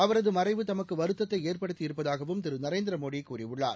அவரதுமறைவு தமக்குவருத்தத்தைஏற்படுத்தி இருப்பதாகவும் திருநரேந்திரமோடிகூறியுள்ளார்